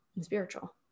spiritual